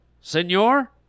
Senor